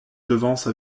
devance